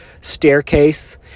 staircase